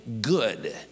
good